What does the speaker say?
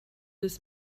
des